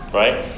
right